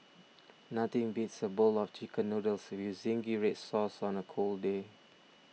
nothing beats a bowl of Chicken Noodles with Zingy Red Sauce on a cold day